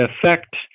affect